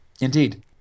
Indeed